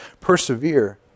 Persevere